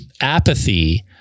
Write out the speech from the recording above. Apathy